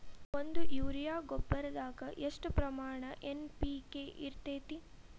ಒಂದು ಯೂರಿಯಾ ಗೊಬ್ಬರದಾಗ್ ಎಷ್ಟ ಪ್ರಮಾಣ ಎನ್.ಪಿ.ಕೆ ಇರತೇತಿ?